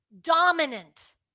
dominant